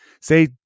Say